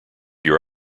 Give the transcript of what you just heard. your